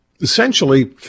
essentially